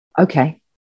okay